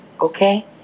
Okay